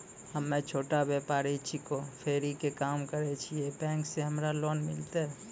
हम्मे छोटा व्यपारी छिकौं, फेरी के काम करे छियै, बैंक से हमरा लोन मिलतै?